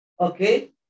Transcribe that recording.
Okay